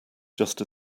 just